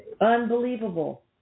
Unbelievable